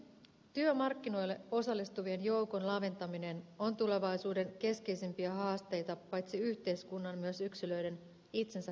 työmarkkinoille osallistuvien joukon laventaminen on tulevaisuuden keskeisimpiä haasteita paitsi yhteiskunnan myös yksilöiden itsensä kannalta